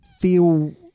feel